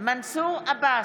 מנסור עבאס,